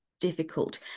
difficult